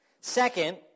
Second